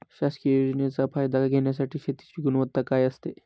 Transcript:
शासकीय योजनेचा फायदा घेण्यासाठी शेतीची गुणवत्ता काय असते?